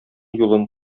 юлын